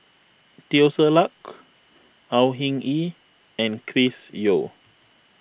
Teo Ser Luck Au Hing Yee and Chris Yeo